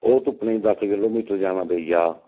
ओह् तुप्पने गी दस किलो मीटर जाना पेई जा